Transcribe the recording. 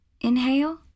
Inhale